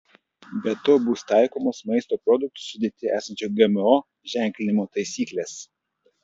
be to bus taikomos maisto produktų sudėtyje esančių gmo ženklinimo taisyklės